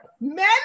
men